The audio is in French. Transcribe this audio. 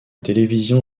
télévision